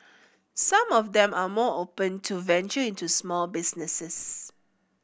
some of them are more open to venture into small businesses